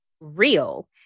real